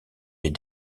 des